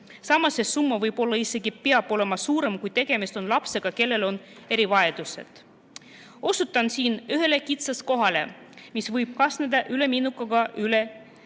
Samas see summa võib olla, isegi peab olema suurem, kui tegemist on lapsega, kellel on erivajadused. Osutan siin ühele kitsaskohale, mis võib kaasneda üleminekuga uuele